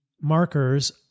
markers